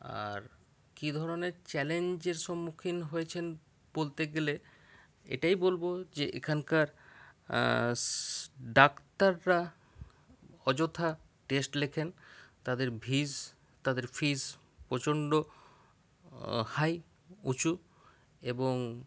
আর কি ধরনের চ্যালেঞ্জের সম্মুখীন হয়েছেন বলতে গেলে এটাই বলবো যে এখানকার ডাক্তাররা অযথা টেস্ট লেখেন তাদের ভিস তাদের ফিস প্রচণ্ড হাই প্রচুর এবং